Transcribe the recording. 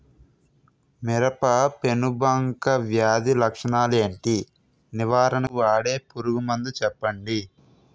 మిరప పెనుబంక వ్యాధి లక్షణాలు ఏంటి? నివారణకు వాడే పురుగు మందు చెప్పండీ?